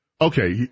okay